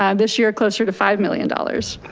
um this year closer to five million dollars.